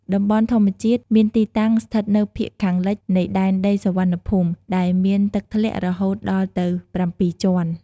តំបន់ធម្មជាតិមានទីតាំងស្ថិតនៅភាគខាងលិច នៃដែនដីសុវណ្ណភូមិ ដែលមានទឹកធ្លាក់រហូតដល់ទៅ៧ជាន់។